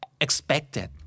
expected